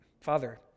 Father